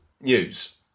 news